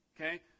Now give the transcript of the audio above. okay